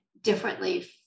differently